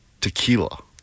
tequila